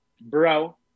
bro